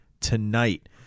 tonight